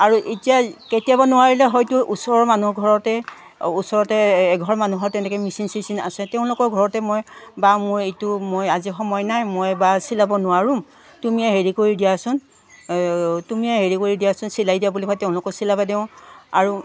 আৰু এতিয়া কেতিয়াবা নোৱাৰিলে হয়তো ওচৰৰ মানুহ ঘৰতে ওচৰতে এঘৰ মানুহৰ তেনেকৈ মেচিন চিচিন আছে তেওঁলোকৰ ঘৰতে মই বা মোৰ এইটো মই আজি সময় নাই মই বা চিলাব নোৱাৰিম তুমিয়ে হেৰি কৰি দিয়াচোন তুমিয়ে হেৰি কৰি দিয়াচোন চিলাই দিয়া বুলি মই তেওঁলোকক চিলাব দিওঁ আৰু